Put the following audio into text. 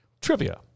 trivia